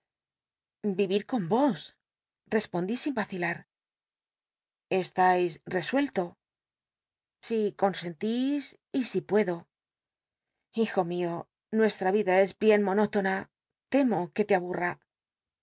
vivir con os respondí sin vacilar estais resuelto si con sen lis y si puedo lijo mio nuestra vida es bien monótona temo t ue te abu